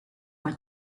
her